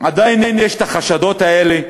עדיין יש החשדות האלה.